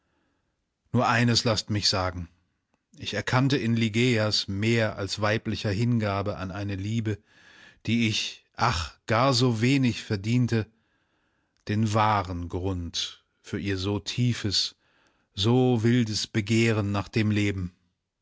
nur eines laßt mich sagen ich erkannte in ligeias mehr als weiblicher hingabe an eine liebe die ich ach gar so wenig verdiente den wahren grund für ihr so tiefes so wildes begehren nach dem leben